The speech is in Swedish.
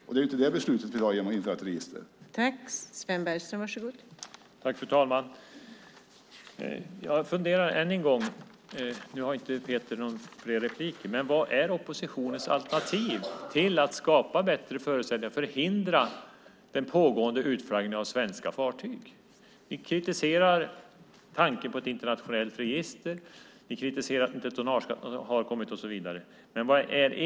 Men det är inte det som beslutet om att införa ett register handlar om.